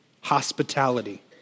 hospitality